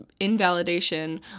invalidation